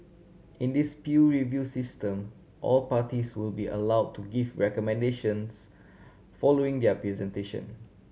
in this peer review system all parties will be allow to give recommendations following their presentation